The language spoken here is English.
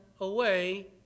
away